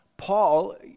Paul